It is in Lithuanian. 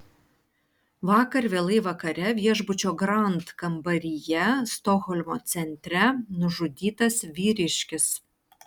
vakar vėlai vakare viešbučio grand kambaryje stokholmo centre nužudytas vyriškis